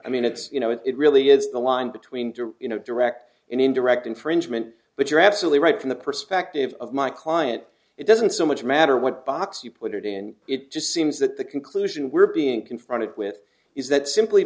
i mean it's you know it really is the line between do you know direct and indirect infringement but you're absolutely right from the perspective of my client it doesn't so much matter what box you put it in it just seems that the conclusion we're being confronted with is that simply